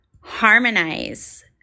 harmonize